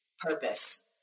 purpose